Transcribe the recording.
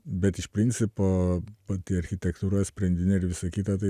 bet iš principo pati architektūra sprendiniai ir visa kita tai